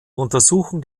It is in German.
untersuchung